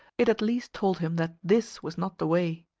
it at least told him that this was not the way.